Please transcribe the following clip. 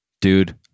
dude